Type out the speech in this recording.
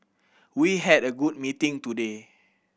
we had a good meeting today